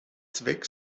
zweck